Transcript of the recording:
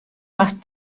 más